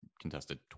contested